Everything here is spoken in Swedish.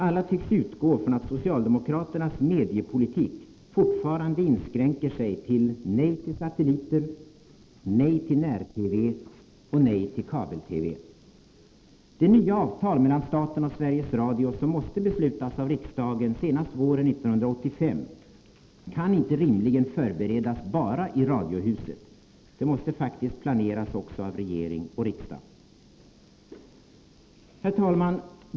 Alla tycks utgå från att socialdemokraternas mediepolitik fortfarande inskränker sig till nej till satelliter, nej till när-TV och nej till kabel-TV. Det nya avtal mellan staten och Sveriges Radio som måste beslutas av riksdagen senast våren 1985 kan rimligen inte förberedas bara i radiohuset — det måste faktiskt planeras också av regering och riksdag. Herr talman!